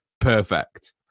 perfect